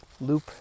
loop